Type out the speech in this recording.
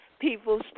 people